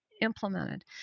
implemented